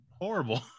horrible